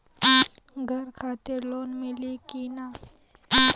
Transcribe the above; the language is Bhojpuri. घर खातिर लोन मिली कि ना?